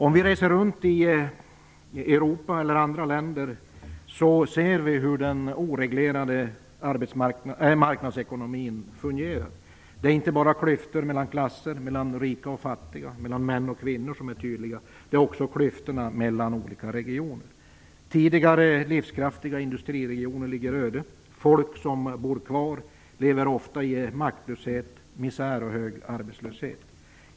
Om vi reser runt i Europa eller i andra länder ser vi hur den oreglerade marknadsekonomin fungerar. Det är inte bara klyftorna mellan klasser, mellan rika och fattiga och mellan män och kvinnor som är tydliga, utan även klyftorna mellan olika regioner. Tidigare livskraftiga industriregioner ligger öde. Folk som bor kvar lever ofta i maktlöshet, misär och hög arbetslöshet.